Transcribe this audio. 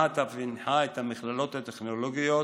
מה"ט אף הנחה את המכללות הטכנולוגיות